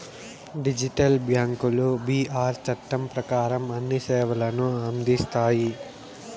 digital బ్యాంకులు BR చట్టం ప్రకారం అన్ని సేవలను అందిస్తాయి